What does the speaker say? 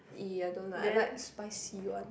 !ee! I don't like I like spicy one